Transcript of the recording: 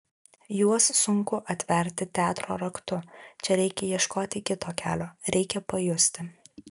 juos sunku atverti teatro raktu čia reikia ieškoti kito kelio reikia pajusti